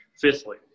Fifthly